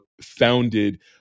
founded